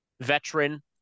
veteran